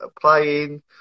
playing